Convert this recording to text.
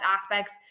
aspects